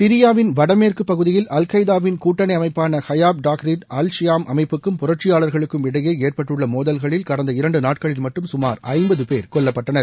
சிரியாவின் வடமேற்கு பகுதியில் அல் கெய்தா வின் கூட்டணி அமைப்பான ஹயாப் டாஹ்ரிர் அல் ஷ்யாம் அமைப்புக்கும் புரட்சியாளர்களுக்கும் இடையே ஏற்பட்டுள்ள மோதல்களில் கடந்த இரண்டு நாட்களில் மட்டும் கமார் ஐம்பது பேர் கொல்லப்பட்டனர்